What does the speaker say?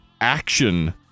action